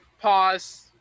Pause